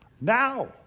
now